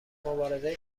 مبارزه